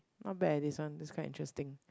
not bad eh this one this quite interesting